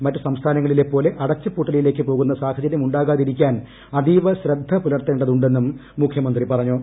മറ്റ് സംസ്ഥാനങ്ങളിലെ പോലെ അടച്ചുപൂട്ടലിലേക്ക് പോകുന്ന സാഹചര്യം ഉണ്ടാകാതിരിക്കാൻ അതീവശ്രദ്ധ പുലർത്തേണ്ടതുണ്ടെന്നും മുഖ്യമന്ത്രി പറഞ്ഞു